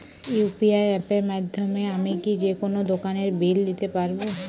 UPI অ্যাপের মাধ্যমে আমি কি যেকোনো দোকানের বিল দিতে পারবো?